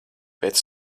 pēc